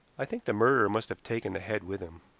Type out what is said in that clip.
i think the murderer must have taken the head with him.